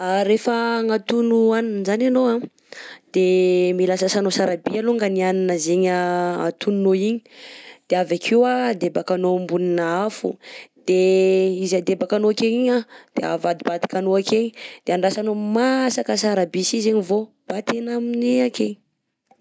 A rehefa agnatono hanina zany anao a, de mila sasanao sara by alongany hanina zegny a atononao igny de avekio an adebakanao ambonin'ny afo, de izy adebakanao akegny igny a de avadibadikanao akegny de andrasanao masaka sara by sy zegny vao batenao amin'ny akegny.